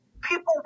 people